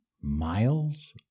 miles